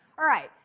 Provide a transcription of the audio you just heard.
all right,